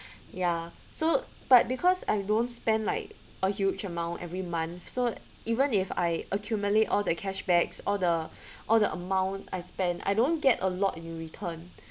ya so but because I don't spend like a huge amount every month so even if I accumulate all the cash backs all the all the amount I spend I don't get a lot in return